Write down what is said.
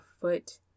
foot